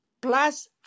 plus